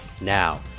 Now